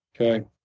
Okay